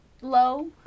low